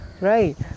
right